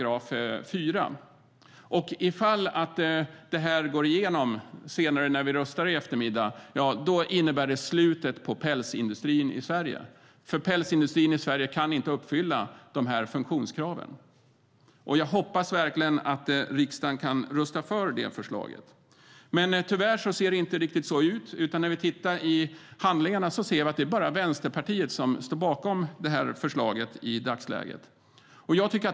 Det skulle innebära slutet för pälsindustrin i Sverige ifall det skulle gå igenom när vi röstar senare i eftermiddag. Pälsindustrin i Sverige kan inte uppfylla de funktionskraven. Jag hoppas verkligen att riksdagen kan rösta för förslaget. Men tyvärr ser det inte riktigt ut på det sättet. I handlingarna ser vi att det bara är Vänsterpartiet som står bakom förslaget i dagsläget.